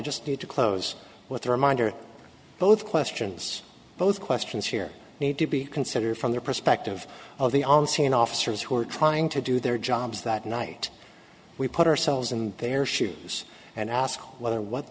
just need to close with a reminder both questions both questions here need to be considered from the perspective of the on scene officers who are trying to do their jobs that night we put ourselves in their shoes and ask whether what